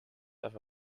have